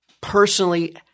personally